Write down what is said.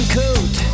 coat